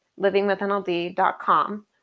livingwithnld.com